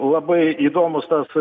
labai įdomus tas